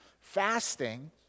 fasting